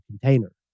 container